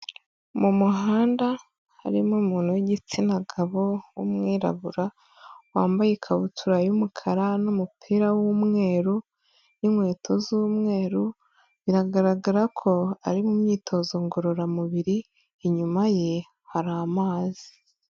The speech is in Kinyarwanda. Mu muhanda harimo umuntu w'igitsina gabo w'umwirabura wambaye ikabutura y'umukara n'umupira w'umweru, n'inkweto z'umweru, biragaragara ko ari mu myitozo ngororamubiri, inyuma ye hari amazi.